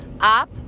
up